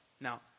Now